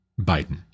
Biden